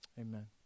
amen